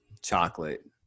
chocolate